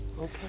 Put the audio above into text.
Okay